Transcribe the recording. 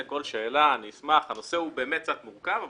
הנושא הוא באמת קצת מורכב,